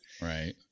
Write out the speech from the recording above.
Right